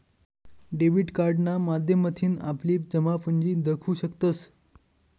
debit कार्डना माध्यमथीन आपली जमापुंजी दखु शकतंस